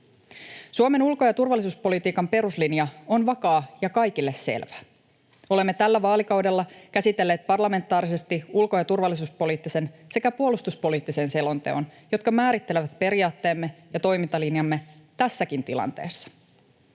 Suomen ulko- ja turvallisuuspolitiikan peruslinja on vakaa ja kaikille selvä. Olemme tällä vaalikaudella käsitelleet parlamentaarisesti ulko- ja turvallisuuspoliittisen sekä puolustuspoliittisen selonteon, jotka määrittelevät periaatteemme ja toimintalinjamme tässäkin tilanteessa.